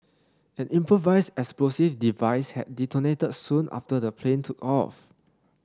an improvised explosive device had detonated soon after the plane took off